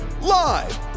Live